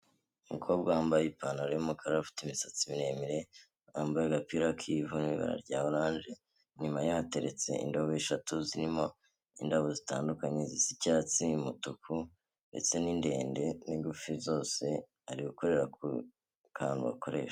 Umukobwa wambaye ipantaro y'umukara ufite imisatsi miremire wambaye agapira k'ivu n'ibara rya oranje, inyuma ya hateretse indobo eshatu zirimo indabo zitandukanye z'icyatsi, n'umutuku, ndetse ndende n'ingufi, zose ari gukorera ku kantu bakoresha.